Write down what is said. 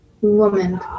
Woman